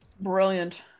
Brilliant